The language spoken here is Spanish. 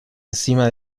encima